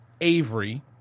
Avery